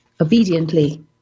Obediently